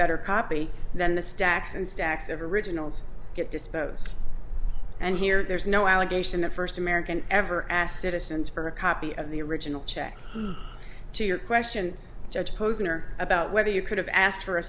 better copy than the stacks and stacks of originals get disposed and here there's no allegation the first american ever asked citizens for a copy of the original check to your question judge posner about whether you could have asked for a